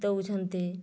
ଦେଉଛନ୍ତି